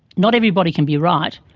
not everybody can be right,